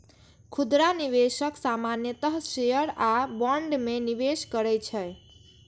खुदरा निवेशक सामान्यतः शेयर आ बॉन्ड मे निवेश करै छै